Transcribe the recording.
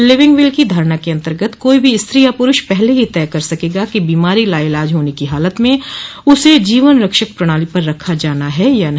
living will की धारणा के अंतर्गत कोई भी स्त्री या पुरूष पहले ही तय कर सकेगा कि बीमारी लाइलाज होने की हालत में उसे जीवन रक्षक प्रणाली पर रखा जाना है या नहीं